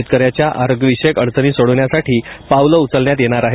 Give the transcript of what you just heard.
शेतकर्या ाच्या आरोग्यविषयक अडचणी सोडवण्यासाठी पावलं उचलण्यात येणार आहेत